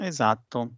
Esatto